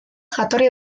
jatorri